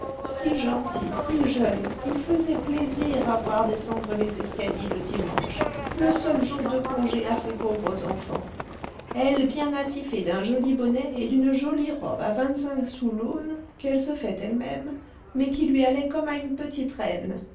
si gentils si jeunes ils faisaient plaisir à voir descendre les escaliers le dimanche le seul jour de congé à ces pauvres enfants elle bien attifée d'un joli bonnet et d'une jolie robe à vingt-cinq sous l'aune qu'elle se fait elle-même mais qui lui allait comme à une petite reine